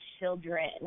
children